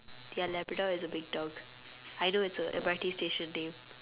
ya labrador is a big dog I know it's a M_R_T station name